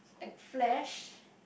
like flash